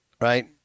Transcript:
Right